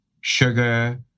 sugar